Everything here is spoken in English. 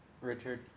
Richard